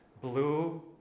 Blue